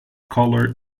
color